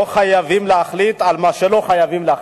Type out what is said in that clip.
לא חייבים להחליט על מה שלא חייבים להחליט.